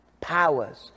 powers